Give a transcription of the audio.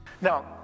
Now